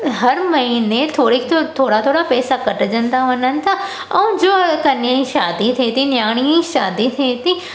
हर महिने थोरी थोरा थोरा पैसा कटिजनि था वञनि था ऐं जो कन्या ई शादी थिए थी न्याणीअ जी शादी थिए थी